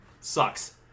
sucks